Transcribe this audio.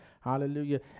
Hallelujah